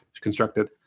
constructed